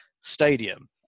stadium